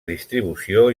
distribució